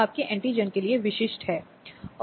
यह उस मामले के लिए कोई भी हो सकता है